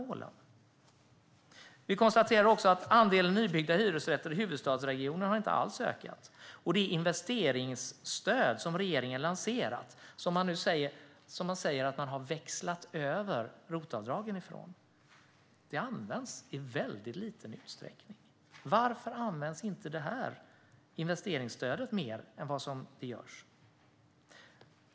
Vi kan också konstatera att andelen nybyggda hyresrätter i huvudstadsregionen inte alls har ökat. Det investeringsstöd som regeringen har lanserat, som man säger att man har växlat över ROT-avdragen från, används i väldigt liten utsträckning. Varför används inte investeringsstödet mer än vad som görs?